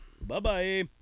Bye-bye